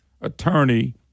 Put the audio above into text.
Attorney